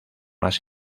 más